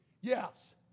yes